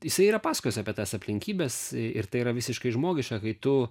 jisai yra pasakojęs apie tas aplinkybes ir tai yra visiškai žmogiška kai tu